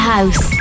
House